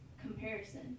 comparison